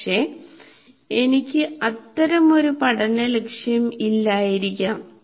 പക്ഷെ എനിക്ക് അത്തരമൊരു പഠന ലക്ഷ്യം ഇല്ലായിരിക്കാം